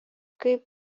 kaip